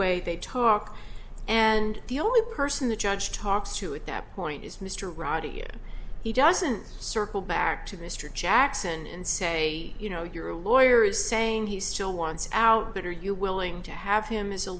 way they talk and the only person the judge talks to at that point is mr roddy you he doesn't circle back to mr jackson and say you know your lawyer is saying he still wants out but are you willing to have him as a